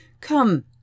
Come